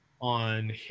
on